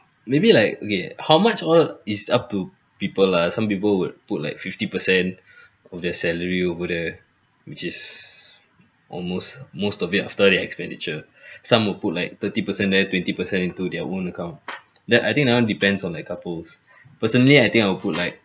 maybe like okay how much all is up to people lah some people would put like fifty percent of their salary over there which is almost most of it after their expenditure some will put like thirty percent then twenty percent into their own account that I think that one depends on that couple's personally I think I will put like